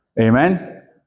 Amen